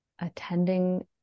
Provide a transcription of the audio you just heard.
attending